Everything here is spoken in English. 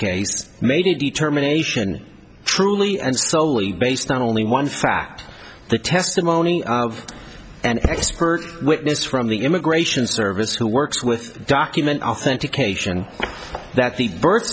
case made a determination truly and solely based on only one fact the testimony of an expert witness from the immigration service who works with document authentication that the birth